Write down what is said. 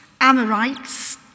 Amorites